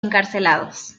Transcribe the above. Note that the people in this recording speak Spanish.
encarcelados